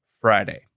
Friday